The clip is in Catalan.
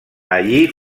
allí